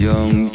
Young